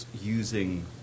using